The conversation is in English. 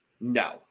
no